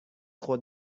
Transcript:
خود